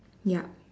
yup